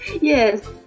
Yes